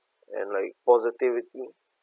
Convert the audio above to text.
and like positivity